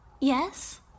Yes